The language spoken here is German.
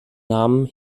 namen